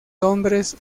hombres